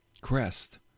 crest